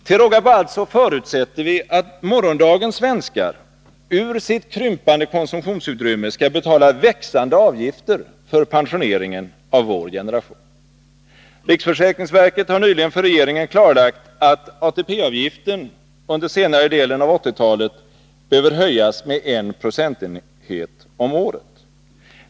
Till råga på allt förutsätter vi att morgondagens svenskar ur sitt krympande konsumtionsutrymme skall betala växande avgifter för pensioneringen av vår generation. Riksförsäkringsverket har nyligen för regeringen klarlagt, att ATP-avgiften under senare delen av 1980-talet behöver höjas med en procentenhet om året.